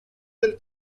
del